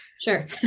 sure